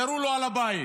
ירו לו על הבית.